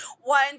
one